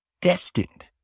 destined